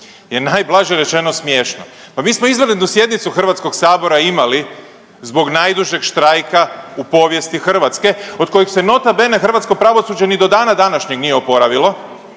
je najblaže rečeno, smiješno. Pa mi smo izvanrednu sjednicu HS-a imali zbog najdužeg štrajka u povijesti Hrvatske, od kojih se, nota bene, hrvatsko pravosuđe ni do dana današnjeg nije oporavilo,